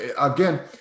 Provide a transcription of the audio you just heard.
again